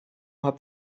habt